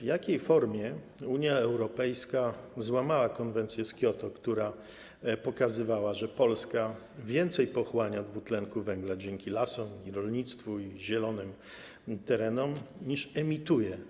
W jakiej formie Unia Europejska złamała konwencję z Kioto, która pokazywała, że Polska więcej pochłania dwutlenku węgla dzięki lasom, rolnictwu i zielonym terenom, niż emituje?